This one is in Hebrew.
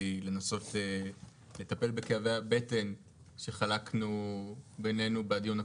לנסות לטפל בכאבי הבטן שחלקנו בינינו בדיון הקודם.